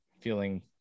feeling